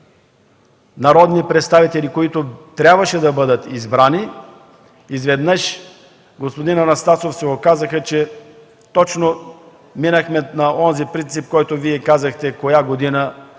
народни представители, които трябваше да бъдат избрани, изведнъж, господин Анастасов, се оказаха, че точно минахме на онзи принцип, за който Вие казахте – коя година от